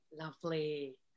Lovely